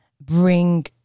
bring